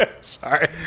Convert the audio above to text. Sorry